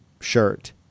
shirt